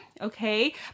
okay